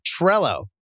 Trello